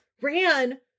ran